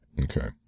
Okay